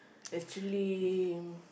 actually